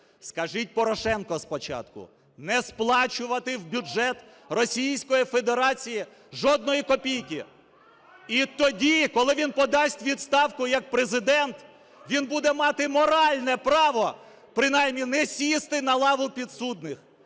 скажіть Порошенку спочатку не сплачувати в бюджет Російської Федерації жодної копійки. І тоді, коли він подасть у відставку як Президент, він буде мати моральне право принаймні не сісти на лаву підсудних.